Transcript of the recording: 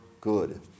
good